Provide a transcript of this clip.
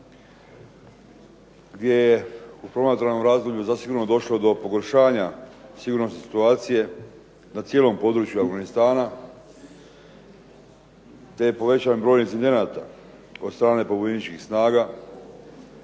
gdje je u promatranom razdoblju zasigurno došlo do pogoršanja sigurnosne situacije na cijelom području Afganistana, te je povećan broj incidenata od strane pobunjeničkih snaga